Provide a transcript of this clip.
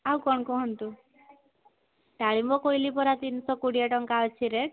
ଆଉ କ'ଣ କୁହନ୍ତୁ ଡାଳିମ୍ବ କହିଲି ପରା ତିନିଶହ କୋଡ଼ିଏ ଟଙ୍କା ଅଛି ରେଟ୍